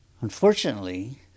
unfortunately